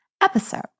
episode